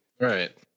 Right